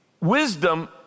wisdom